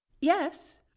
Yes